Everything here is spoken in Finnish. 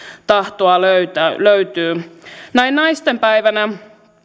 tahtoa löytyy löytyy näin naistenpäivänä